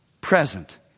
Present